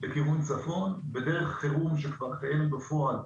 לכיוון צפון בדרך חירום שכבר קיימת בפועל,